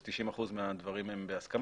90 אחוזים מהדברים הם בהסכמה.